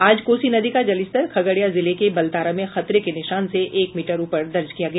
आज कोसी नदी का जलस्तर खगड़िया जिले के बलतारा में खतरे के निशान से एक मीटर ऊपर दर्ज किया गया